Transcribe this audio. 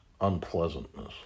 unpleasantness